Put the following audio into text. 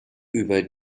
über